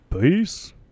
Peace